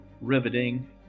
riveting